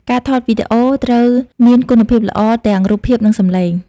ការថតវីដេអូត្រូវមានគុណភាពល្អទាំងរូបភាពនិងសម្លេង។